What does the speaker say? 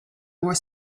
more